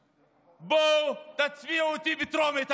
בואו, תצביעו איתי בטרומית היום.